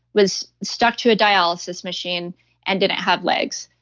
was stuck to a dialysis machine and didn't have legs.